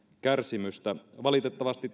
kärsimystä valitettavasti